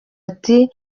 ati